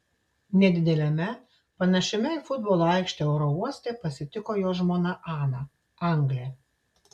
nedideliame panašiame į futbolo aikštę oro uoste pasitiko jo žmona ana anglė